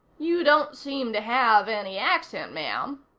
you don't seem to have any accent, ma'am,